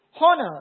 Honor